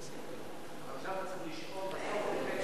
והשירותים החברתיים לסעיף 3 נתקבלה.